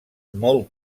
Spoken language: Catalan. molt